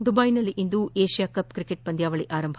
ದುಬೈನಲ್ಲಿಂದು Asia cup cricket ಪಂದ್ಯಾವಳಿ ಆರಂಭ